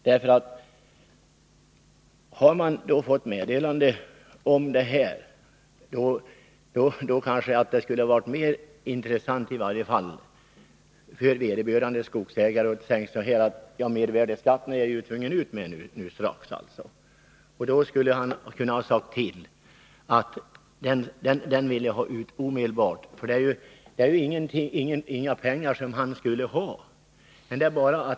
Om man har fått meddelande om detta, bör i varje fall vederbörande skogsägare kunna säga att han är tvungen att omedelbart betala ut mervärdeskatten, eftersom det inte är några pengar som han har rätt att ha.